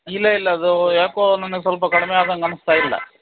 ಇಲ್ಲ ಇಲ್ಲ ಅದು ಯಾಕೋ ನನಗೆ ಸ್ವಲ್ಪ ಕಡಿಮೆ ಆದಂಗೆ ಅನಿಸ್ತಾ ಇಲ್ಲ